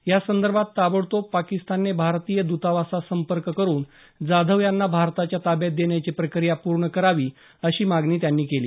यासंदर्भात ताबडतोब पाकिस्तानने भारतीय दुतावासास संपर्क करुन जाधव यांना भारताच्या ताब्यात देण्याची प्रकीया पूर्ण करावी अशी मागणी त्यांनी केली